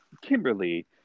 Kimberly